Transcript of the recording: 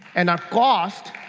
and our cost,